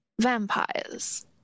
vampires